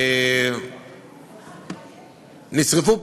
נשרפו פעמיים,